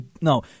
No